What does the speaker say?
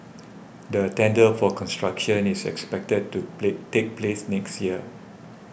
the tender for construction is expected to play take place next year